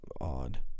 odd